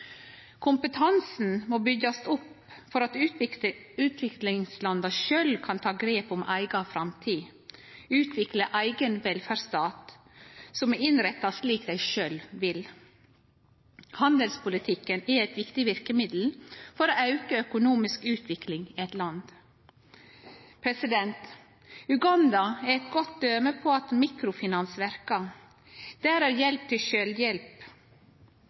Kompetansen må bli bygd opp for at utviklingslanda sjølve kan ta grep om eiga framtid og utvikle ein eigen velferdsstat som er innretta slik dei sjølve vil. Handelspolitikken er eit viktig verkemiddel for å auke økonomisk utvikling i eit land. Uganda er eit godt døme på at mikrofinans verkar. Det er ei hjelp til sjølvhjelp.